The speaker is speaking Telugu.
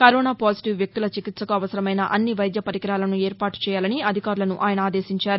కరోనా పాజిటివ్ వ్యక్తుల చికిత్సకు అవసరమైన అన్ని వైద్య పరికరాలను ఏర్పాటు చేయాలని అధికారులను ఆయన ఆదేశించారు